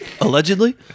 Allegedly